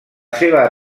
seva